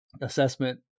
assessment